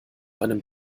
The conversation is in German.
einem